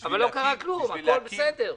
אבל לא קרה כלום, הכול בסדר.